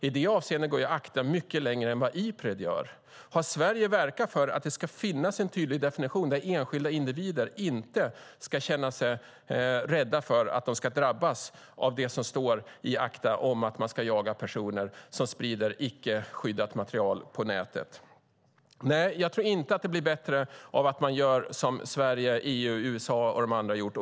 I det avseendet går ACTA mycket längre än vad Ipred gör. Har Sverige verkat för att det ska finnas en tydlig definition där enskilda individer inte ska känna sig rädda för att de ska drabbas av det som står i ACTA om att jaga personer som sprider icke-skyddat material på nätet? Jag tror inte att det blir bättre av att göra som Sverige, EU, USA och andra har gjort.